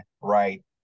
right